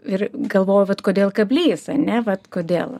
ir galvojau vat kodėl kablys ane vat kodėl